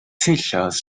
teachers